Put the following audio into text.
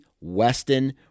Weston